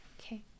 Okay